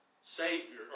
Savior